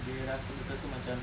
dia rasa betul-betul macam